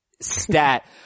Stat